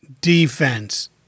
defense